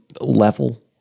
level